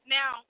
Now